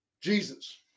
Jesus